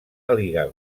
àliga